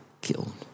killed